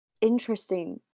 Interesting